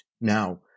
now